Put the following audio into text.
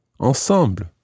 Ensemble